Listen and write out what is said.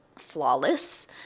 flawless